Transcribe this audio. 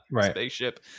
spaceship